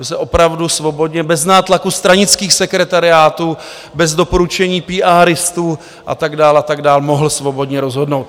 Vy se opravdu svobodně, bez nátlaku stranických sekretariátů, bez doporučení píáristů a tak dál a tak dál, můžete svobodně rozhodnout.